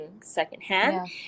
secondhand